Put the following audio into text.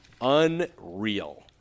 Unreal